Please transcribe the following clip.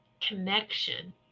connection